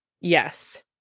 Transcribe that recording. Yes